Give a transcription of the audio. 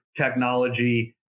technology